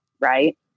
right